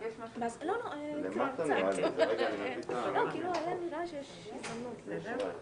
חוק-יסוד: כבוד האדם וחירותו (הזכות לשוויון).